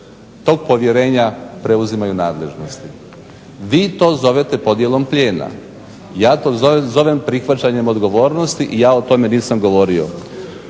tog povjerenja preuzimaju nadležnosti. Vi to zovete podjelom plijena. Ja to zovem prihvaćanjem odgovornosti i ja o tome nisam govorio.